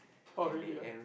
oh really ah